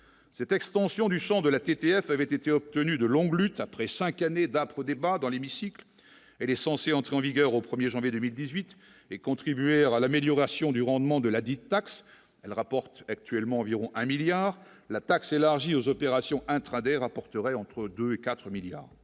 cette extension du Champ de la TTF avaient été obtenus de longue lutte après 5 années d'âpres débats dans l'hémicycle, elle est censée entrer en vigueur au 1er janvier 2018 et contribuer à l'amélioration du rendement de ladite taxe, elle rapporte actuellement environ 1 milliard la taxe élargie aux opérations Intraday rapporterait entre 2 et 4 milliards